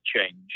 change